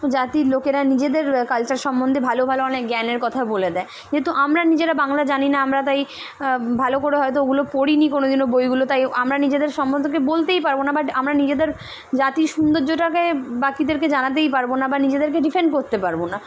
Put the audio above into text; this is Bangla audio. জাতির লোকেরা নিজেদের কালচার সম্বন্ধে ভালো ভালো অনেক জ্ঞানের কথা বলে দেয় যেহেতু আমরা নিজেরা বাংলা জানি না আমরা তাই ভালো করে হয়তো ওগুলো পড়িনি কোনোদিনও বইগুলো তাই আমরা নিজেদের সম্বন্ধকে বলতেই পারবো না বাট আমরা নিজেদের জাতির সুন্দর্যটাকে বাকিদেরকে জানাতেই পারবো না বা নিজেদেরকে ডিফেন্ড করতে পারবো না